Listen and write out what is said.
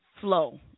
flow